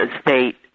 state